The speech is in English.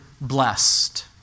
blessed